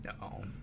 No